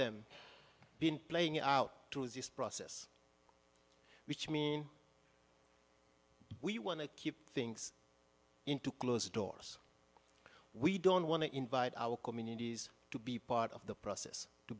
them been playing out too is this process which means we want to keep things into closed doors we don't want to invite our communities to be part of the process to